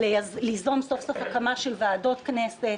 ליזום סוף-סוף הקמה של ועדות כנסת,